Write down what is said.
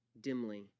dimly